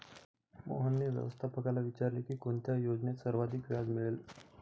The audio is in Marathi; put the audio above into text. मोहनने व्यवस्थापकाला विचारले की कोणत्या योजनेत सर्वाधिक व्याज मिळेल?